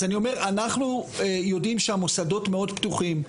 אז אני אומר, אנחנו יודעים שהמוסדות מאוד פתוחים.